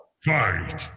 Fight